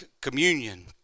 communion